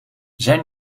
zijn